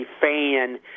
fan